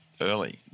early